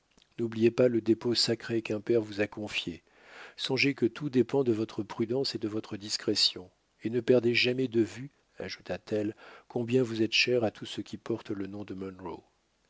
n'oubliez pas le dépôt sacré qu'un père vous a confié songez que tout dépend de votre prudence et de votre discrétion et ne perdez jamais de vue ajouta-t-elle combien vous êtes cher à tout ce qui porte le nom de